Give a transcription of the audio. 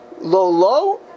Lolo